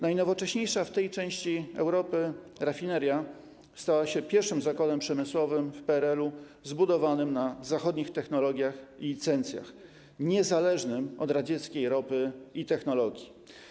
Najnowocześniejsza w tej części Europy rafineria stała się pierwszym zakładem przemysłowym w PRL-u zbudowanym na zachodnich technologiach i licencjach, niezależnym od radzieckiej ropy i technologii.